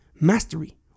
mastery